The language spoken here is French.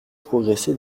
progressé